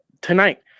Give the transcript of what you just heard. tonight